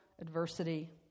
adversity